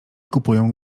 kupują